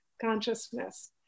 consciousness